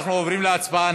אנחנו עוברים להצבעה.